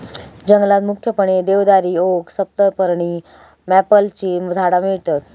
जंगलात मुख्यपणे देवदारी, ओक, सप्तपर्णी, मॅपलची झाडा मिळतत